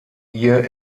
ihr